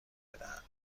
بدهند